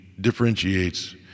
differentiates